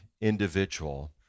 individual